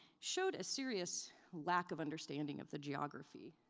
showed a serious lack of understanding of the geography.